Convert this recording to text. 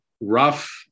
rough